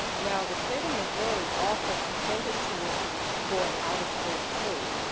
now, the state of missouri offered to pay his tuition for an out of state school,